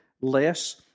less